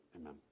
amen